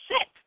sick